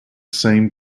same